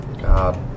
God